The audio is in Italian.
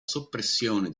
soppressione